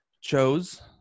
chose